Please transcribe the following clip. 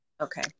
Okay